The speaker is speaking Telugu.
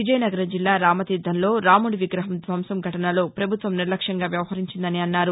విజయనగరం జిల్లా రామతీర్థంలో రాముడి విగ్రహం ధ్వంసం ఘటనలో పభుత్వం నిర్లక్ష్మంగా వ్యవహరించిందన్నారు